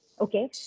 okay